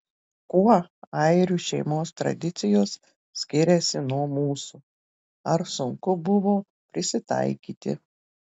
kuo airių šeimos tradicijos skiriasi nuo mūsų ar sunku buvo prisitaikyti